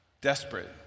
Desperate